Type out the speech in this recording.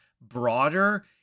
broader